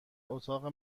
اتاق